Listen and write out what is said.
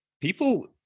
people